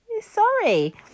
sorry